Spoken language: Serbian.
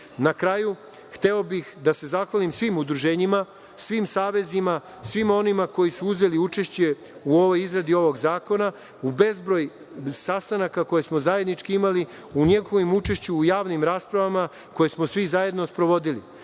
kraju, hteo bih da se zahvalim svim udruženjima, svim savezima, svima onima koji su uzeli učešće u izradi ovog zakona, za bezbroj sastanaka koje smo zajednički imali, u njihovom učešću u javnim raspravama koje smo svi zajedno sprovodili. Iz